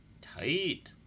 tight